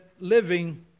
living